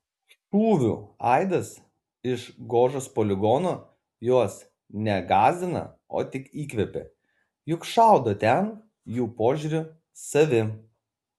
šūvių aidas iš gožos poligono juos ne gąsdina o tik įkvepia juk šaudo ten jų požiūriu savi